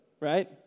right